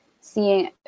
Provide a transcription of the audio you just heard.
seeing